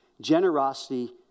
Generosity